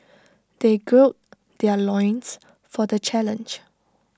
they gird their loins for the challenge